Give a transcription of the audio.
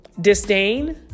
disdain